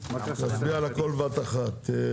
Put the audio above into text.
נצביע על הכול בבת אחת.